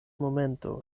momento